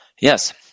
Yes